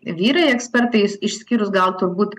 vyrai ekspertai is išskyrus gal turbūt